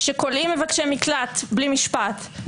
שכולאים מבקשי מקלט בלי משפט,